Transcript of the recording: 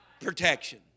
protection